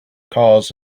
cars